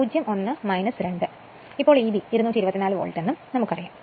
ഇപ്പോൾ Eb 224 volt എന്നും നമുക്കറിയാം